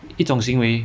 一种行为